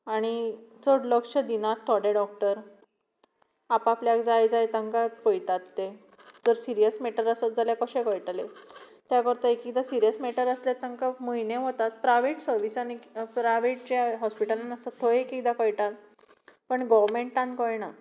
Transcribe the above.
आनी चड लक्ष्य दिनात थोडें डॉक्टर आप आपल्याक जाय जाय तांकात पयतात तें चड सिरीयस मेटर आसत जाल्यार कशें कळटले त्या करता एक एकदां चड सिरीयस मेटर आसल्यार तांंकां म्हयने वतात प्रायवेट जे हॉस्पिटल आसा थंय एक एकेदां कळटा पण गर्वमेंटांन कळनां